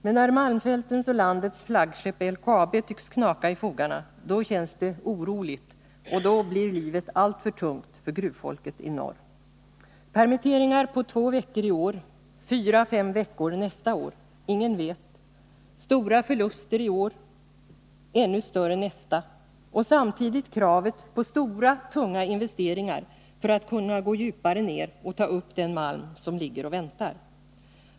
Men när malmfältens och landets flaggskepp, LKAB, tycks knaka i fogarna, då känns det oroligt och då blir livet alltför tungt för gruvfolket i norr. Permitteringar på två veckor i år, fyra fem veckor nästa år — ingen vet. Stora förluster i år, ännu större nästa år. Samtidigt ställs kravet på stora, tunga investeringar för att man skall kunna gå djupare ned i gruvorna när man skall ta upp den malm som ligger och väntar.